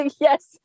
Yes